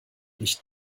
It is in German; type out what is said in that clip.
nicht